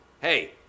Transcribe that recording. hey